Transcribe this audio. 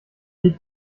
liegt